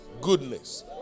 goodness